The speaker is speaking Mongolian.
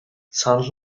санал